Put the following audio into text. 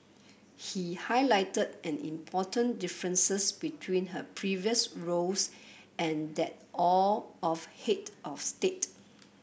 he highlighted an important differences between her previous roles and that of head of state